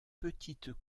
petites